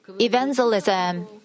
evangelism